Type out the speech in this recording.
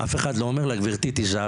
אף אחד לא אומר לה: גברתי תיזהרי,